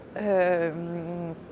Euh